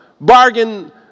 bargain